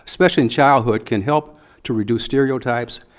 especially in childhood, can help to reduce stereotypes,